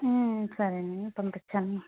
సరే అండి పంపించండి